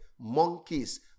monkeys